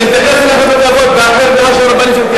אני מתייחס אליך בכבוד, שמתייחסים.